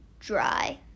dry